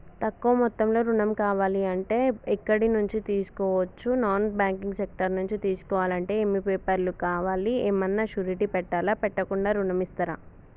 తక్కువ మొత్తంలో ఋణం కావాలి అంటే ఎక్కడి నుంచి తీసుకోవచ్చు? నాన్ బ్యాంకింగ్ సెక్టార్ నుంచి తీసుకోవాలంటే ఏమి పేపర్ లు కావాలి? ఏమన్నా షూరిటీ పెట్టాలా? పెట్టకుండా ఋణం ఇస్తరా?